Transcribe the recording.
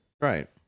Right